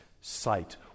sight